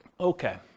Okay